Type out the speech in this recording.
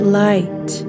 light